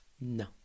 No